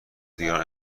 دیگران